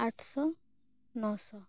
ᱟᱴᱷ ᱥᱚ ᱱᱚ ᱥᱚ